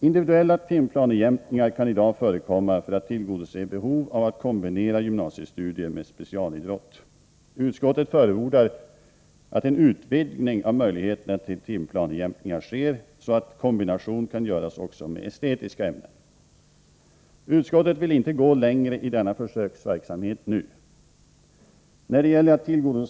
Individuella timplanjämkningar kan i dag förekomma för att tillgodose behov av att kombinera gymnasiestudier med specialidrott. Utskottet förordar att en utvidgning av möjligheterna till timplanejämkningar sker, så att kombination kan göras också med estetiska ämnen. Utskottet vill inte gå längre i denna försöksverksamhet nu.